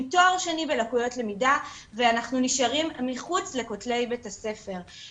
תואר שני בלקויות למידה ואנחנו נשארים מחוץ לכתלי בית הספר.